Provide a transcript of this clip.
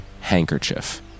handkerchief